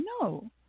No